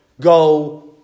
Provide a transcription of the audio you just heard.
go